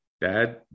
dad